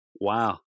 Wow